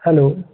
hello